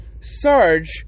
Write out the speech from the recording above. Sarge